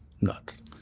nuts